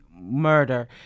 murder